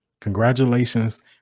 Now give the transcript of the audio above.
Congratulations